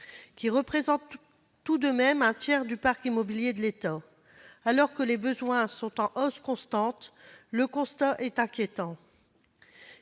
qui représente tout de même un tiers du parc immobilier de l'État. Alors que les besoins sont en hausse constante, le constat est inquiétant.